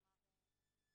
כלומר,